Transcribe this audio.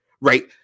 Right